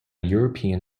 european